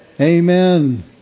amen